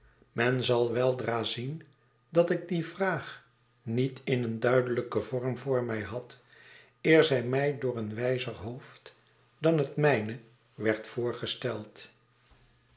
men zal weldra zien dat ik die vraag niet in een duidelijken vorm voor mij had eer zij mij door een wijzer hoofd dan hetmijne werd voorgesteld